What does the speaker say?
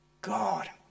god